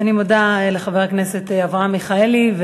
אני מודה לחבר הכנסת אברהם מיכאלי.